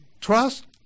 Trust